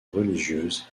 religieuses